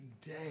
day